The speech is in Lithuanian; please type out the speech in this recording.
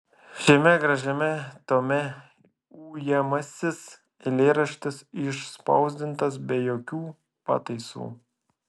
šiame gražiame tome ujamasis eilėraštis išspausdintas be jokių pataisų